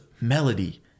melody